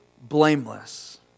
blameless